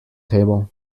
table